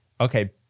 okay